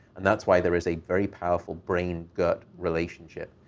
and that's why there is a very powerful brain-gut relationship.